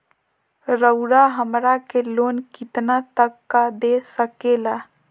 रउरा हमरा के लोन कितना तक का दे सकेला?